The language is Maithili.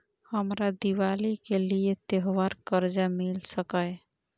हमरा दिवाली के लिये त्योहार कर्जा मिल सकय?